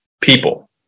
people